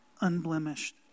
unblemished